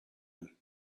him